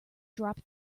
drop